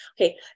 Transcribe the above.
Okay